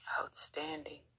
outstanding